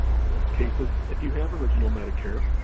in most cases, if you have original medicare,